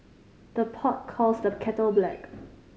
the pot calls the kettle black